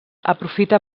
aprofita